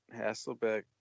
Hasselbeck